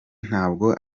ntabwo